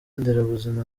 nderabuzima